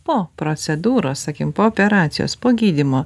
po procedūros sakim po operacijos po gydymo